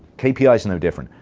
kpi is no different.